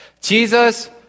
Jesus